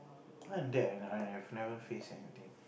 other than that I have never face anything